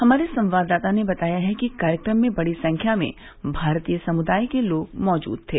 हमारे संवाददाता ने बताया है कि कार्यक्रम में बड़ी संख्या में भारतीय समुदाय के लोग मौजूद थे